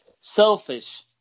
Selfish